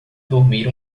dormir